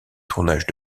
tournage